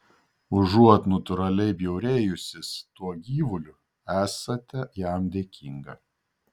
užuot natūraliai bjaurėjusis tuo gyvuliu esate jam dėkinga